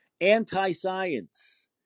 anti-science